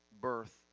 birth